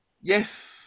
Yes